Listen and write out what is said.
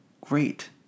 great